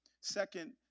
Second